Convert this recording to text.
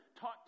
taught